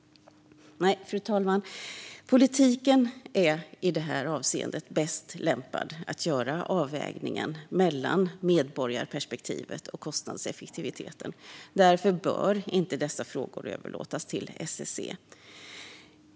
Nej, fru talman, politiken är i det här avseendet bäst lämpad att göra avvägningen mellan medborgarperspektivet och kostnadseffektiviteten. Därför bör inte dessa frågor överlåtas till SSC.